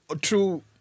true